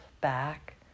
back